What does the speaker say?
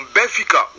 Benfica